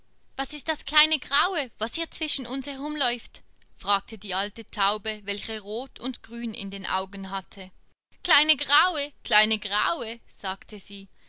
was ist das kleine graue was hier zwischen uns herumläuft fragte die alte taube welche rot und grün in den augen hatte kleine graue kleine graue sagte sie